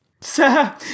Sir